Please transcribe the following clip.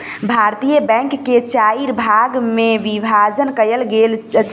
भारतीय बैंक के चाइर भाग मे विभाजन कयल गेल अछि